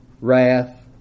wrath